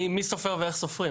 מי סופר ואיך סופרים.